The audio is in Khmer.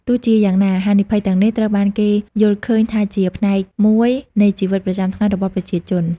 ទោះជាយ៉ាងណា ហានិភ័យទាំងនេះត្រូវបានគេយល់ឃើញថាជាផ្នែកមួយនៃជីវិតប្រចាំថ្ងៃរបស់ប្រជាជន។